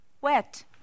wet